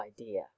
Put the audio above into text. idea